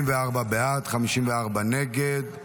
44 בעד, 54 נגד.